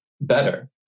better